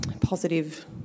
positive